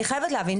אני חייבת להבין,